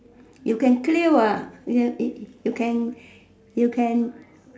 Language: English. you can clear what you can you can